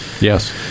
Yes